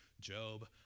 Job